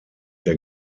der